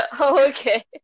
Okay